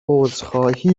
عذرخواهی